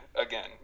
again